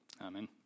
Amen